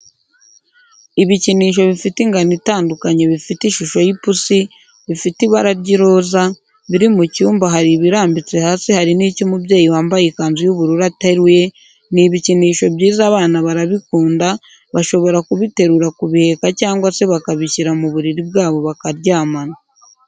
Ibikinisho bifite ingano itandukanye bifite ishusho y'ipusi, bifite ibara ry'iroza, biri mu cyumba hari ibirambitse hasi hari n'icyo umubyeyi wambaye ikanzu y'ubururu ateruye ni ibikinisho byiza abana barabikunda bashobora kubiterura kubiheka cyangwa se bakabishyira mu buriri bwabo bakaryamana.